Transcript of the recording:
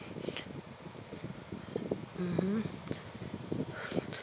mmhmm